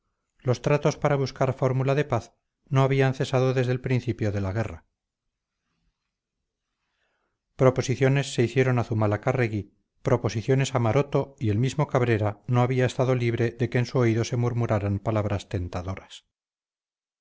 los tratos para buscar fórmula de paz no habían cesado desde el principio de la guerra proposiciones se hicieron a zumalacárregui proposiciones a maroto y el mismo cabrera no habría estado libre de que en su oído se murmuraran palabras tentadoras